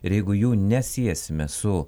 ir jeigu jų nesiesime su